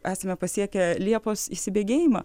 esame pasiekę liepos įsibėgėjimą